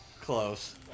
Close